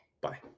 Bye